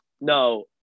no